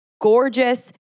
gorgeous